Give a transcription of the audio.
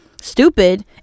stupid